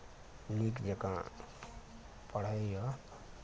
नीक जेकाँ पढ़ैया